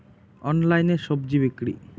অনলাইনে স্বজি বিক্রি?